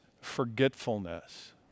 forgetfulness